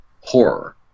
horror